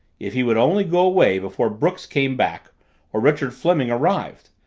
if he would only go away before brooks came back or richard fleming arrived!